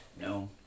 No